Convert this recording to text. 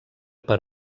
per